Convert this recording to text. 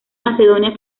macedonia